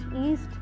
east